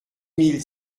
mille